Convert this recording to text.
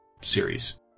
series